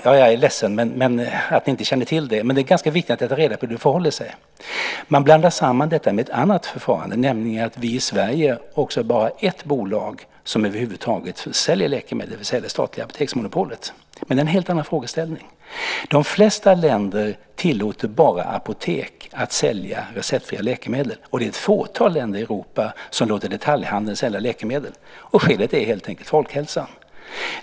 Jag är ledsen att ni inte kände till det, men det är ganska viktigt att få reda på hur det förhåller sig. Man blandar samman detta med ett annat förfarande, nämligen att vi i Sverige också bara har ett bolag som över huvud taget försäljer läkemedel, det vill säga det statliga apoteksmonopolet. Men det är en helt annan frågeställning. De flesta länder tillåter bara apotek att sälja receptfria läkemedel. Det är ett fåtal länder i Europa som låter detaljhandeln sälja läkemedel. Skälet är helt enkelt folkhälsan.